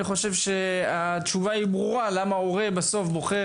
אני חושב שהתשובה ברורה למה ההורה בוחר